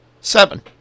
seven